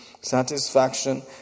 satisfaction